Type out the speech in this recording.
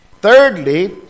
Thirdly